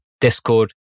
Discord